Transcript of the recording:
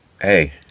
hey